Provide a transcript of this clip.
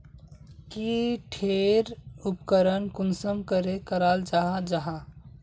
की टेर उपकरण कुंसम करे कराल जाहा जाहा?